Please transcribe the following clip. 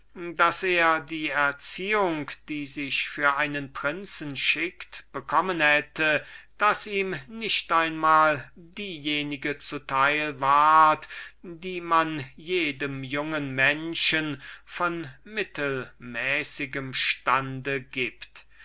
daß er die erziehung die sich für einen prinzen schickt bekommen hätte daß ihm nicht einmal diejenige zu teil wurde die man einem jeden jungen menschen von mittelmäßigem stande gibt